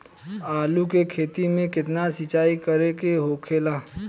आलू के खेती में केतना सिंचाई करे के होखेला?